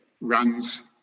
runs